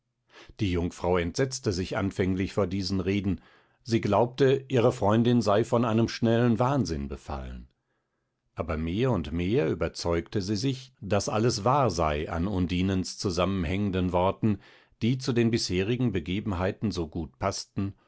die jungfrau entsetzte sich anfänglich vor diesen reden sie glaubte ihre freundin sei von einem schnellen wahnsinn befallen aber mehr und mehr überzeugte sie sich daß alles wahr sei an undinens zusammenhängenden worten die zu den bisherigen begebenheiten so gut paßten